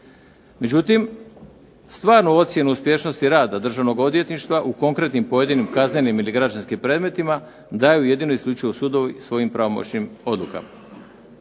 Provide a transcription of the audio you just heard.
Međutim, stvarnu ocjenu uspješnosti rada Državnog odvjetništva u konkretnim pojedinim kaznenim ili građanskim predmetima daju jedino i isključivo sudovi svojim pravomoćnim odlukama.